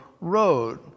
road